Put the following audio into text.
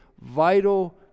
vital